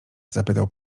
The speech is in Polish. zapytał